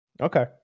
Okay